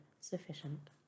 sufficient